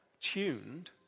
tuned